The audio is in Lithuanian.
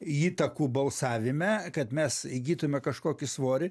įtakų balsavime kad mes įgytume kažkokį svorį